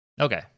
Okay